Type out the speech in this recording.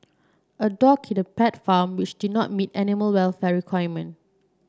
a dog in a pet farm which did not meet animal welfare requirement